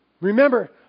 Remember